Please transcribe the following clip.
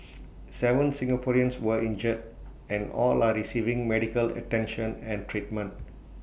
Seven Singaporeans were injured and all are receiving medical attention and treatment